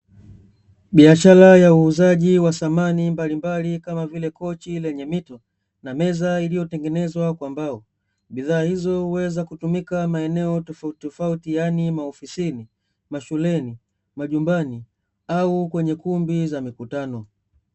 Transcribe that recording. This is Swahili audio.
Biashara ya uuzaji wa samani mbalimbali kama vile kochi lenye mito na meza iliyotengenezwa kwa mbao, bidhaa hizo huweza kutumika katika maeneo tofauti tofauti yaani maofisini, mashuleni, majumbani au kwenye kumbi za mikutano.